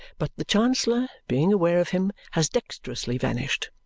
but the chancellor, being aware of him, has dexterously vanished.